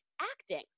acting